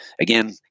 again